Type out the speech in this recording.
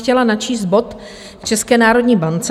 Chtěla bych načíst bod k České národní bance.